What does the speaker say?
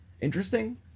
interesting